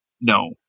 No